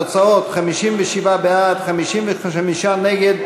תוצאות: 57 בעד, 55 נגד.